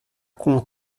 com